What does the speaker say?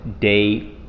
day